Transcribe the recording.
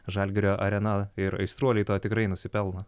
žalgirio arena ir aistruoliai to tikrai nusipelno